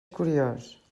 curiós